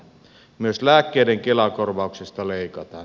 myös lääkkeiden kela korvauksista leikataan